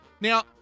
Now